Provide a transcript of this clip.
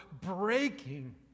breaking